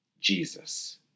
Jesus